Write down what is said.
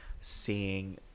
seeing